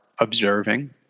observing